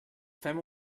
fem